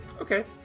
Okay